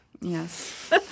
Yes